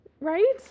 Right